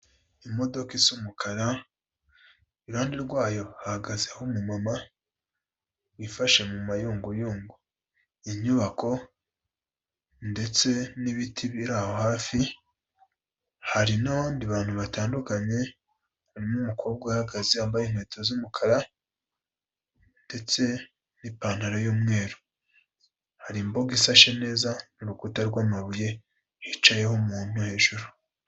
Imodoka isa umukara, iruhande rwayo hahagazeho umumama, wifashe mu mayunguyungu, inyubako ndetse n'ibiti biraho hafi, hari n'abandi bantu batandukanye, hari n'umukobwa uhagaze wambaye inkweto z'umukara ndetse n'ipantaro y'umweru, hari imbuga isashe neza n'urukuta rw'amabuye hicayeho umuntu hejuru.